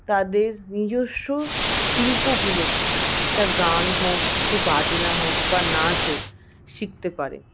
তাদের নিজস্ব শিল্পগুলোকে সেটা গান হোক কিছু বাজনা হোক বা নাচ হোক শিখতে পারে